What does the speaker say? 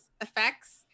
effects